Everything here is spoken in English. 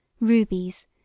rubies